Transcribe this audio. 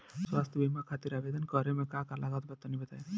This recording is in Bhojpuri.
स्वास्थ्य बीमा खातिर आवेदन करे मे का का लागत बा तनि बताई?